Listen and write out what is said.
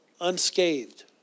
unscathed